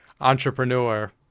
entrepreneur